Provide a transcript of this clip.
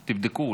תבדקו,